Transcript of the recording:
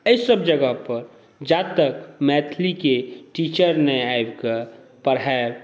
एहिसभ जगह पर जा तक मैथिलीके टीचर नहि आबिक पढ़ेतै